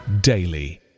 daily